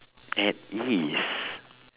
at ease